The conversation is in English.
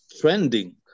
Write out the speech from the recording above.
trending